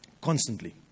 Constantly